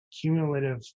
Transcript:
cumulative